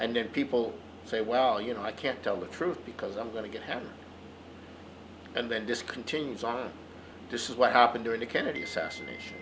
and then people say well you know i can't tell the truth because i'm going to get him and then discontinues on this is what happened during the kennedy assassination